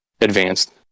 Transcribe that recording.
advanced